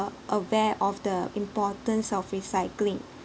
aware of the importance of recycling